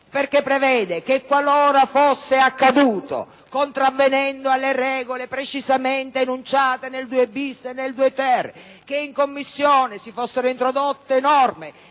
esso prevede che qualora fosse accaduto, contravvenendo alle regole precisamente enunciate nei commi 2-*bis* e 2-*ter*, che in Commissione si fossero introdotte norme,